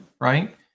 right